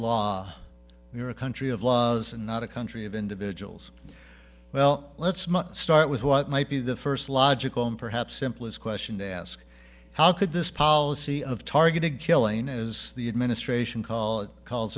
law we're a country of laws and not a country of individuals well let's start with what might be the first logical and perhaps simplest question to ask how could this policy of targeted killing as the administration call it calls